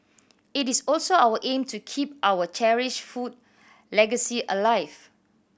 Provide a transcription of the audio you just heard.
it is also our aim to keep our cherished food legacy alive